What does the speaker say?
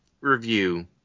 review